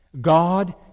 God